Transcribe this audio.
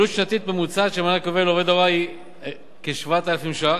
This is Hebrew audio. עלות שנתית ממוצעת של מענק יובל לעובד הוראה היא כ-7,000 ש"ח,